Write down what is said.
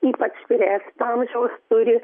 ypač vyresnio amžiaus turi